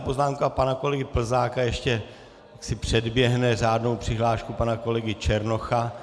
Faktická poznámka pana kolegy Plzáka ještě předběhne řádnou přihlášku pana kolegy Černocha.